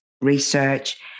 research